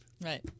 Right